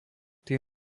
tým